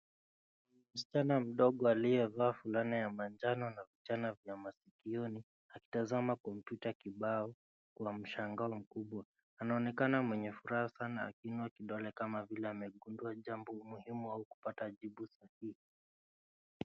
Msichana mdogo aliyevaa fulana ya manjano na vichana vya masikioni akitazama kompyuta kibao kwa mshangao mkubwa. Anaonekana mwenye furaha sana akila vidole kama vile amegundua jambo muhimu au kupata jibu.